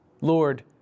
Lord